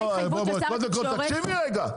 לא, קודם כל תקשיבי רגע.